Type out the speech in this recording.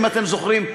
אם אתם זוכרים.